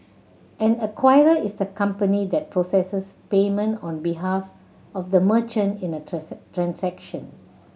an acquirer is the company that processes payment on behalf of the merchant in a transaction